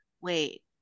wait